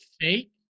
fake